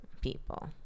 people